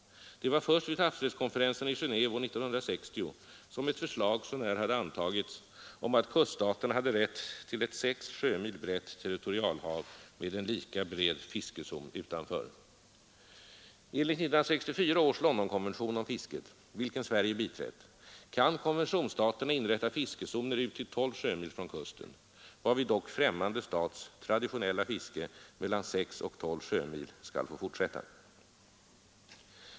Det var först vid havsrättskonferensen i Geneve år 1960 som ett förslag så när hade antagits om att kuststaterna hade rätt till ett 6 sjömil brett territorialhav med en lika bred fiskezon utanför. Enligt 1964 års Londonkonvention om fisket, vilken Sverige biträtt, kan konventionsstaterna inrätta fiskezoner ut till 12 sjömil från kusten, varvid dock främmande stats traditionella fiske mellan 6 och 12 sjömil skall få fortsätta.